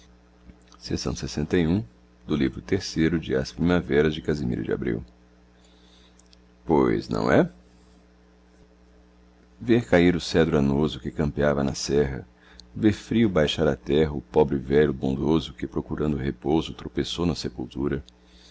e amores vai dizer-te o do livro de as primavera de casimiro de abreu ois não é ver cair o cedro anoso que campeava na serra ver frio baixar à terra o pobre velho bondoso que procurando repouso tropeçou na sepultura